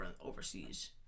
overseas